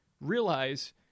Realize